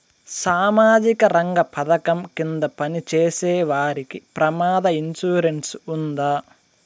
సామాజిక రంగ పథకం కింద పని చేసేవారికి ప్రమాద ఇన్సూరెన్సు ఉందా?